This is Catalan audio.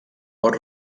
pot